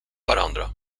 varandra